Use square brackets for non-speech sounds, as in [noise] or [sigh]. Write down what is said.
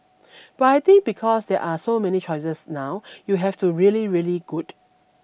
[noise] but I think because there are so many choices now you have to really really good